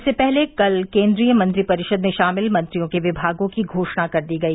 इससे पहले कल केन्द्रीय मंत्रिपरिषद में शामिल मंत्रियों के विभागों की घोषणा कर दी गई